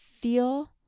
feel